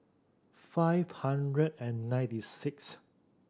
five hundred and ninety sixth